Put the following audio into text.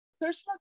personal